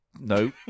No